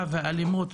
אגודות,